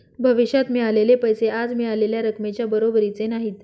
भविष्यात मिळालेले पैसे आज मिळालेल्या रकमेच्या बरोबरीचे नाहीत